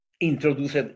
introduced